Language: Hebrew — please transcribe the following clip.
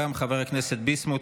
גם חבר הכנסת ביסמוט,